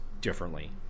differently